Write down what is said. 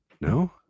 No